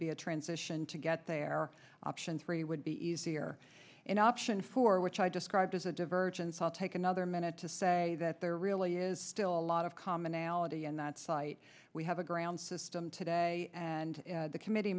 be a transition to get there option three would be easier an option for which i described as a divergence i'll take another minute to say that there really is still a lot of commonality in that fight we have a ground system today and the committee